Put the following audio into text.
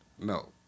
No